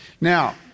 Now